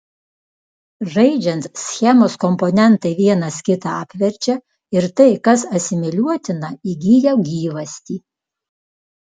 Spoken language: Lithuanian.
žaidžiant schemos komponentai vienas kitą apverčia ir tai kas asimiliuotina įgyja gyvastį